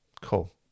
cool